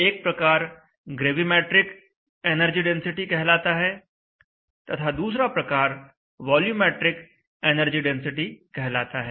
एक प्रकार gravimetric energy density कहलाता है तथा दूसरा प्रकार वॉल्यूमैट्रिक एनर्जी डेंसिटी कहलाता है